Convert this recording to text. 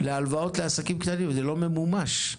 להלוואות לעסקים קטנים, וזה לא ממומש.